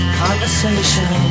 conversation